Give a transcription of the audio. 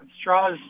straws